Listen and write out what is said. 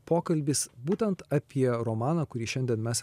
pokalbis būtent apie romaną kurį šiandien mes ir